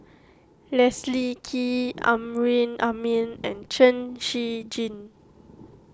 Leslie Kee Amrin Amin and Chen Shiji